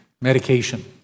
Medication